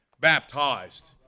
baptized